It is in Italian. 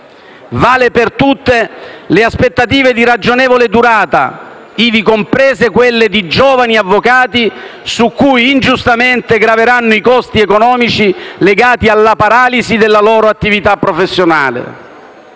Valgono per tutte le aspettative di ragionevole durata, ivi comprese quelle di giovani avvocati su cui, ingiustamente, graveranno i costi economici legati alla paralisi della loro attività professionale.